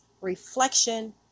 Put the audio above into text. reflection